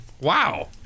wow